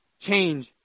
Change